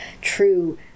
true